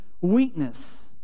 weakness